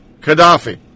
Qaddafi